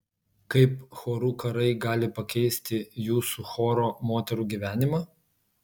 kaip chorų karai gali pakeisti jūsų choro moterų gyvenimą